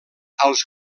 als